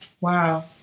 Wow